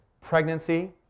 pregnancy